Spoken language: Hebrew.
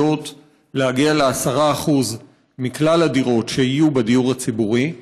להגיע לכך ש-10% מכלל הדירות יהיו בדיור הציבורי.